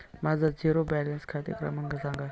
माझा zero balance खाते क्रमांक सांगा